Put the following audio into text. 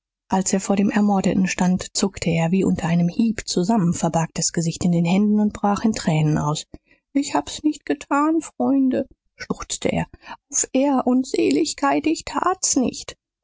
als er vor dem ermordeten stand zuckte er wie unter einem hieb zusammen verbarg das gesicht in den händen und brach in tränen aus ich hab's nicht getan freunde schluchzte er auf ehr und seligkeit ich tat's nicht